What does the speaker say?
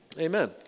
Amen